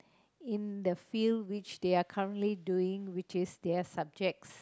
in the field which they are currently doing which is their subjects